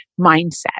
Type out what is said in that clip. mindset